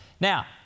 Now